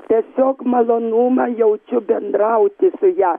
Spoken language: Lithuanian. tiesiog malonumą jaučiu bendrauti su ja